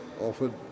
offered